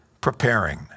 preparing